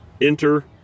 Enter